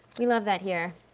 love that here.